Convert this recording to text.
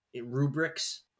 rubrics